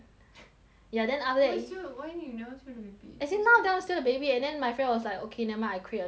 ya then after that why still why need you never ask him repeat as in now don't want steal the baby and then my friend was like okay never mind I create a new character